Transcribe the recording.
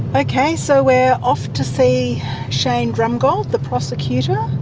but okay, so we're off to see shane drumgold, the prosecutor.